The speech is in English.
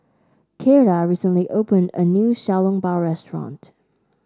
Keira recently opened a new Xiao Long Bao restaurant